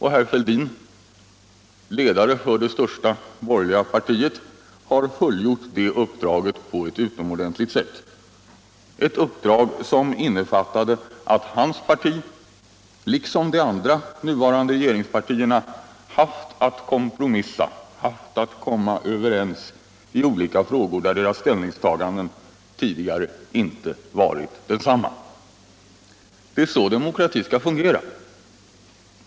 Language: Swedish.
Herr Fälldin, Iledare för det största borgerliga partiet, har fullgjort uppdraget på ett utomordentligt sätt. Uppdraget har innefattat att herr Fälldins parti liksom de andra nuvarande regeringspartierna haft att kompromissa, haft att komma överens i olika frågor där deras ställningstaganden tidigare Allmänpolitisk debatt Allmänpolitisk debatt inte varit desamma. Det är så demokratin skall fungera.